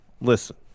listen